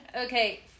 okay